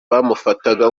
bamufataga